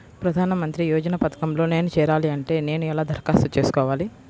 ప్రధాన మంత్రి యోజన పథకంలో నేను చేరాలి అంటే నేను ఎలా దరఖాస్తు చేసుకోవాలి?